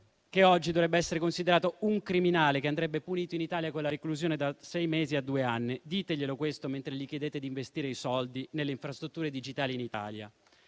oggi dovrebbe essere considerato un criminale che andrebbe punito in Italia con la reclusione da sei mesi a due anni. Diteglielo questo mentre gli chiedete di investire i soldi nelle infrastrutture digitali in Italia.